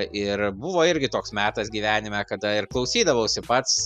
ir buvo irgi toks metas gyvenime kada ir klausydavausi pats